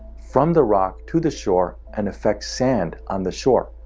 from the rock to the shore, and effect sand on the shore.